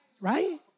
Right